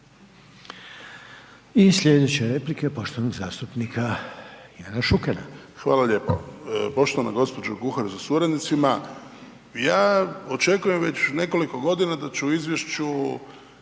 I slijedeća replika je poštovanog zastupnika Ivana Šukera. **Šuker, Ivan (HDZ)** Hvala lijepo. Poštovana gđo. Kuhar sa suradnicima, ja očekujem već nekoliko godina da ću u izvješću